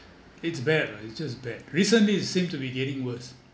it's bad lah it's just bad recently it seems to be getting worse